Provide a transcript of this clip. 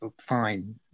fine